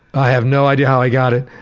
i have no idea how i got it.